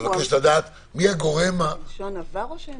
הן